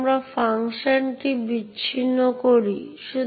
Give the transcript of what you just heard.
মূলত চাইল্ড প্রক্রিয়াটি সমস্ত প্যারেন্ট uid এবং gid এর উত্তরাধিকারী হয়